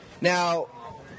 Now